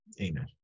Amen